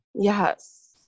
Yes